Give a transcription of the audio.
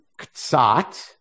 ktsat